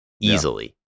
Easily